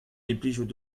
implijout